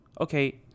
Okay